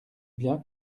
bien